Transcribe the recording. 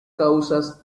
causas